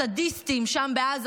הסדיסטים שם בעזה,